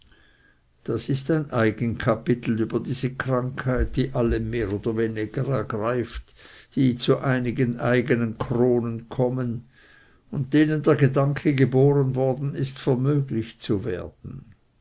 das ist ein eigen kapitel über diese krankheit die alle mehr oder weniger ergreift die zu einigen eigenen kronen kommen und denen der gedanke geboren worden ist vermöglich zu werden